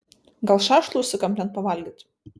gal šašlų užsukam ten pavalgyt